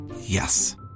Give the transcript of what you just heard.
Yes